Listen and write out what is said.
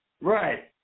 Right